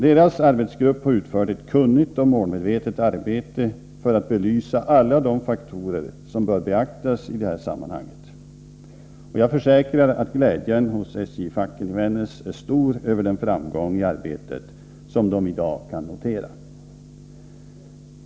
Deras arbetsgrupp har utfört ett kunnigt och målmedvetet arbete för att belysa alla de faktorer som bör beaktas i detta sammanhang. Jag försäkrar att glädjen hos SJ-facken i Vännäs är stor över den framgång i arbetet som de i dag kan notera.